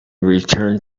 returned